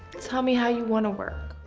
tell me how you wanna work.